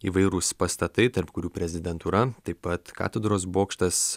įvairūs pastatai tarp kurių prezidentūra taip pat katedros bokštas